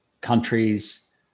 countries